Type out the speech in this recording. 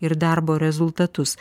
ir darbo rezultatus